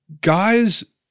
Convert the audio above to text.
guys –